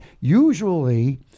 usually